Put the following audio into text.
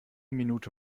minute